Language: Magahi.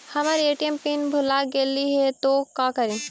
हमर ए.टी.एम पिन भूला गेली हे, तो का करि?